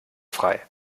frei